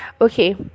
okay